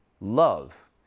Love